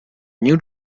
new